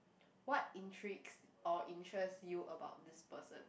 what intrigues or interest you about this person